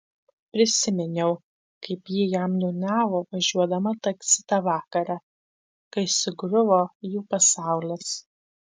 prisiminiau kaip ji jam niūniavo važiuodama taksi tą vakarą kai sugriuvo jų pasaulis